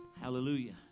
hallelujah